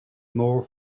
more